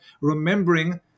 remembering